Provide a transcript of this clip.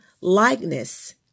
likeness